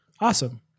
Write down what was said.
Awesome